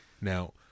Now